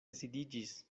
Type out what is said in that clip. sidiĝis